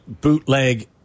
bootleg